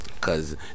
Cause